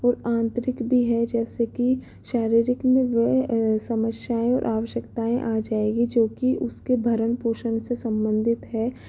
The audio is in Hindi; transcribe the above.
और आंतरिक भी है जैसे कि शारीरिक में वह समस्याएँ और आवश्यकताएँ आ जाएगी जो की उसके भरण पोषण से संबंधित है